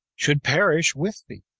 should perish with thee,